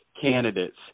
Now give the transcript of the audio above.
candidates